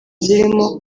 zirimo